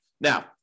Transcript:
Now